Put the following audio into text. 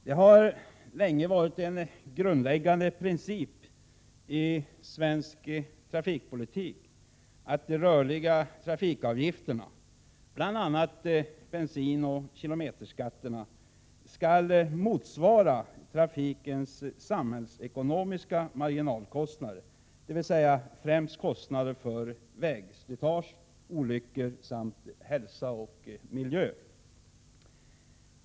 Det har länge varit en grundläggande princip i svensk trafikpolitik att de rörliga trafikavgifterna — bl.a. bensinoch kilometerskatterna — skall motsvara trafikens samhällsekonomiska marginalkostnader, dvs. främst kostnader för vägslitage, olyckor samt hälsa och miljö.